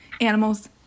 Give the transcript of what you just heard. Animals